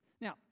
Now